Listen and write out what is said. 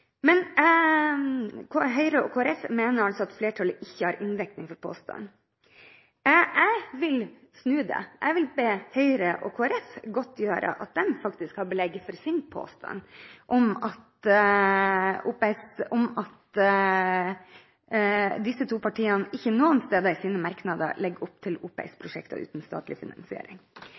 Men Høyre og Kristelig Folkeparti mener at flertallet ikke har dekning for påstanden. Jeg vil snu på det. Jeg vil be Høyre og Kristelig Folkeparti godtgjøre at de faktisk har belegg for sin påstand om at disse to partiene ikke noen steder i sine merknader legger opp til OPS-prosjekter uten statlig finansiering.